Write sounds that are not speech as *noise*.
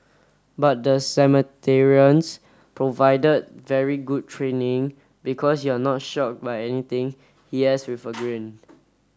but the *unintelligible* provided very good training because you're not shock by anything he adds with a grin *noise*